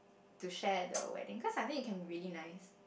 to share the weding cause I think it can be really nice